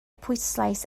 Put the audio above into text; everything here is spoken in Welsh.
pwyslais